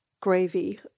gravy